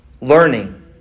Learning